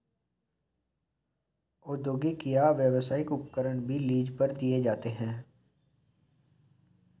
औद्योगिक या व्यावसायिक उपकरण भी लीज पर दिए जाते है